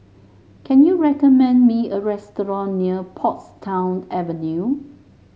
can you recommend me a restaurant near Portsdown Avenue